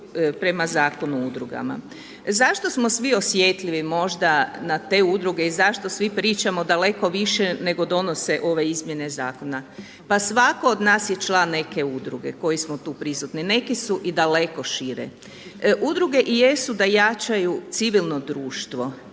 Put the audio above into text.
prema Zakonu o udrugama. Zašto smo svi osjetljivi možda na te udruge i zašto svi pričamo daleko više nego donose ove izmjene zakona. Pa svatko od nas je član neke udruge koji smo tu prisutni, neki su i daleko šire. Udruge i jesu da jačaju civilno društvo.